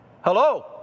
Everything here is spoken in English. Hello